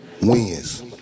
wins